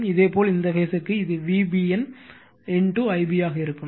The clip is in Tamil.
இதேபோல் இந்த பேஸ் ற்கு இது VBN Ib ஆக இருக்கும்